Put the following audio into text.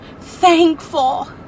thankful